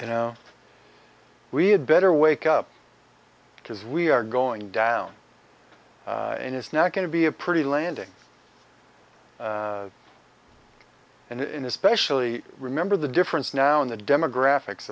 you know we had better wake up because we are going down and it's not going to be a pretty landing and in especially remember the difference now in the demographics